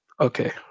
okay